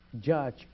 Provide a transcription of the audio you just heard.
judge